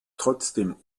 trotzdem